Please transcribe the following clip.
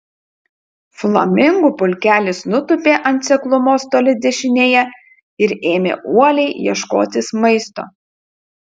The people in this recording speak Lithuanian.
flamingų pulkelis nutūpė ant seklumos toli dešinėje ir ėmė uoliai ieškotis maisto